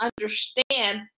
understand